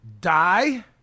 die